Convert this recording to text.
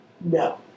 No